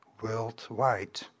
worldwide